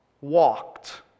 walked